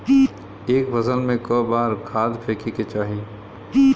एक फसल में क बार खाद फेके के चाही?